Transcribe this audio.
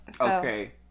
Okay